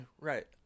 Right